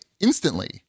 instantly